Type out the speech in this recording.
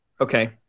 Okay